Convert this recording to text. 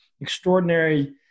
extraordinary